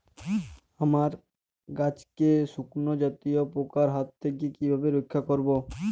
আমার গাছকে শঙ্কু জাতীয় পোকার হাত থেকে কিভাবে রক্ষা করব?